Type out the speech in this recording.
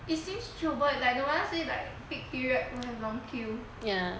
it seems chill but like nirvana say peak period will have long queue